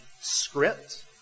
script